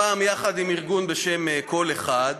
הפעם יחד עם ארגון בשם "קול אחד".